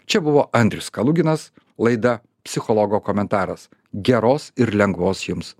čia buvo andrius kaluginas laida psichologo komentaras geros ir lengvos jums dienos